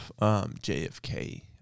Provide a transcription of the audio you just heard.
JFK